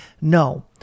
no